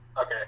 Okay